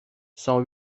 cent